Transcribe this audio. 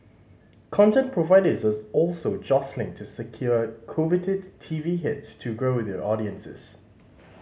content providers as also jostling to secure coveted T V hits to grow their audiences